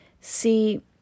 see